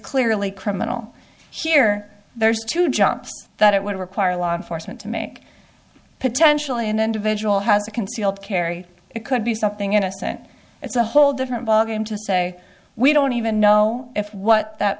clearly criminal here there's two jobs that it would require law enforcement to make potentially an individual has a concealed carry it could be something innocent it's a whole different ballgame to say we don't even know if what that